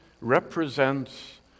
represents